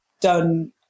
done